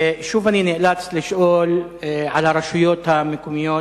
שוב אני נאלץ לשאול על הרשויות המקומיות,